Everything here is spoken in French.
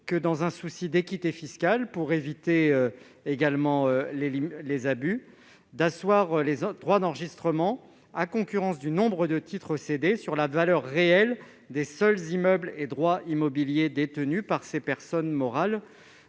dans un souci d'équité fiscale et de limitation des abus, d'asseoir les droits d'enregistrement, à concurrence du nombre de titres cédés, sur la valeur réelle des seuls immeubles et droits immobiliers détenus par ces personnes morales.